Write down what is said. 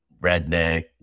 redneck